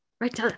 Right